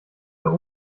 der